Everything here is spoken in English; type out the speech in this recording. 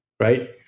Right